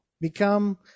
Become